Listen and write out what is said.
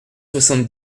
soixante